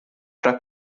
fra